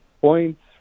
points